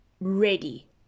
ready